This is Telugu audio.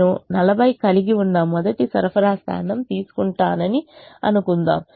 నేను 40 కలిగి ఉన్న మొదటి సరఫరా స్థానం తీసుకుంటానని అనుకుందాం